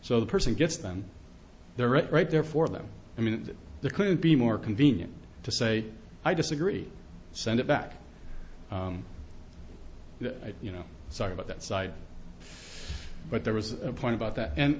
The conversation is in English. so the person gets them there are it right there for them i mean there could be more convenient to say i disagree send it back you know sorry about that side but there was a point about that and